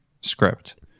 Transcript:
script